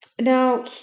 Now